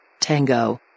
Tango